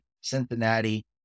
Cincinnati